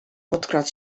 podkradł